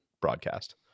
broadcast